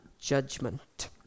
judgment